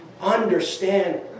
Understand